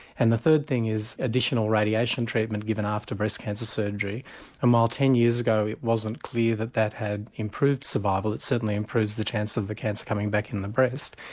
and the third thing is additional radiation treatment given after breast cancer surgery and while ten years ago it wasn't clear that that had improved survival, it certainly improves the chance of the cancer coming back in the breast,